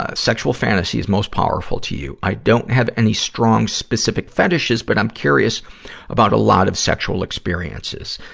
ah sexual fantasies most powerful to you i don't have any strong, specific fetishes, but i'm curious about a lot of sexual experiences.